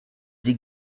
des